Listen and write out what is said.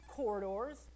corridors